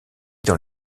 dans